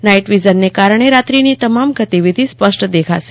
night વિઝનના કારણે રાત્રીના તમામ ગતિવિ ધિ સ્પષ્ટ દેખાશે